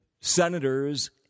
senators